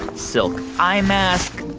silk eye mask.